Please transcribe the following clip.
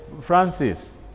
Francis